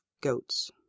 goats